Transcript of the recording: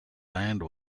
land